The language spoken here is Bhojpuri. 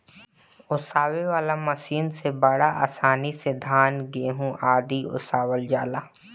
ओसावे वाला मशीन से बड़ा आसानी से धान, गेंहू आदि ओसावल जाला